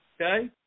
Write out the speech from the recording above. Okay